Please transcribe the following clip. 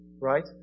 right